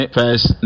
first